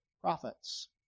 prophets